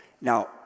Now